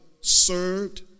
served